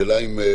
שאלה לגבי